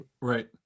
Right